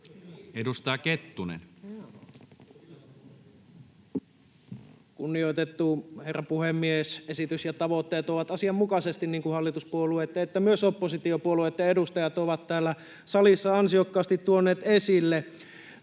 14:34 Content: Kunnioitettu herra puhemies! Esitys ja tavoitteet ovat asianmukaiset, niin kuin hallituspuolueitten sekä myös oppositiopuolueitten edustajat ovat täällä salissa ansiokkaasti tuoneet esille.